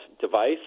device